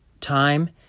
time